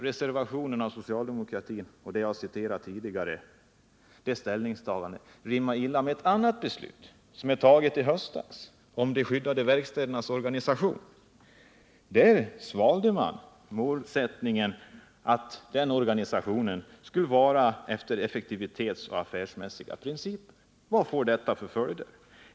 Reservationen från socialdemokratin rimmar illa med ett annat beslut som togs i höstas, om de skyddade verkstädernas organisation. Där svalde man målsättningen att den organisationen skulle styras av effektivitet och affärsmässiga principer. Vad får detta för följder?